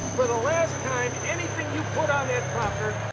for the last time, anything you put on that prompter,